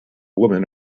woman